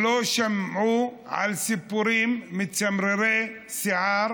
שמעו על סיפורים מסמרי שיער